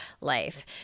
life